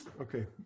Okay